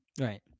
right